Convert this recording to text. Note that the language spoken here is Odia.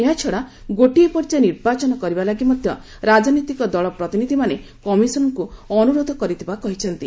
ଏହାଛଡ଼ା ଗୋଟିଏ ପର୍ଯ୍ୟାୟ ନିର୍ବାଚନ କରିବା ଲାଗି ମଧ୍ୟ ରାଜନୈତିକ ଦଳ ପ୍ରତିନିଧ୍ୟମାନେ କମିଶନ୍ଙ୍କୁ ଅନୁରୋଧ କରିଥିବା କହିଛନ୍ତି